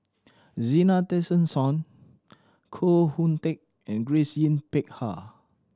Zena Tessensohn Koh Hoon Teck and Grace Yin Peck Ha